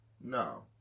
No